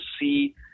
see